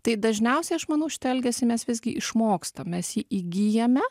tai dažniausiai aš manau šitą elgesį mes visgi išmokstam mes jį įgyjame